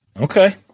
Okay